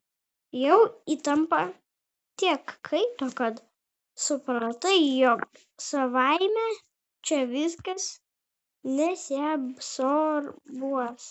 jau įtampa tiek kaito kad supratai jog savaime čia viskas nesiabsorbuos